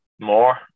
more